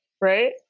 right